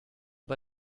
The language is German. bei